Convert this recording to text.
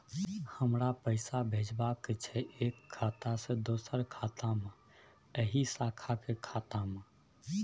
हमरा पैसा भेजबाक छै एक खाता से दोसर खाता मे एहि शाखा के खाता मे?